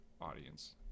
audience